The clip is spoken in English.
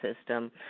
system